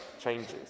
changes